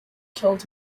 killed